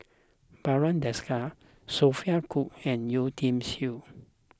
Barry Desker Sophia Cooke and Yeo Tiam Siew